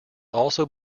also